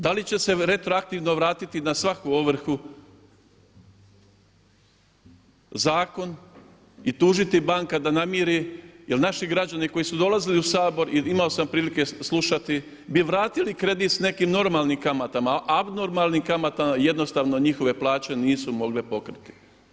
Da li će se retroaktivno vratiti na svaku ovrhu zakon i tužiti banka da namiri jer naši građani koji su dolazili u Sabor i imao sam prilike slušati bi vratili kredit s nekim normalnim kamatama, a abnormalnim kamatama jednostavno njihove plaće nisu mogle pokriti.